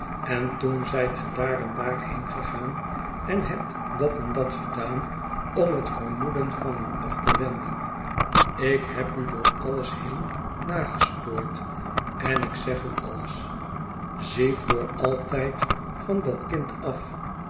en toen zijt ge daar en daar heengegaan en hebt dat en dat gedaan om het vermoeden van u af te wenden ik heb u door alles heen nagespoord en ik zeg u alles zie voor altijd van dat kind af